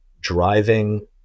driving